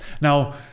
now